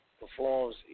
performs